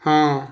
ਹਾਂ